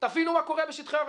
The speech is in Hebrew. תבינו מה קורה בשטחי הרשות.